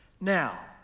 Now